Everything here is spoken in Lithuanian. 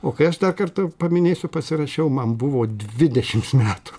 o kai aš dar kartą paminėsiu pasirašiau man buvo dvidešims metų